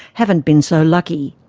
haven't been so lucky.